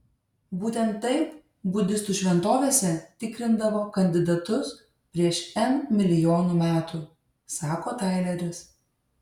būtent taip budistų šventovėse tikrindavo kandidatus prieš n milijonų metų sako taileris